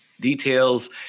details